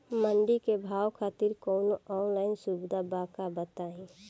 मंडी के भाव खातिर कवनो ऑनलाइन सुविधा बा का बताई?